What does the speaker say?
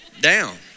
down